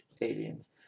Aliens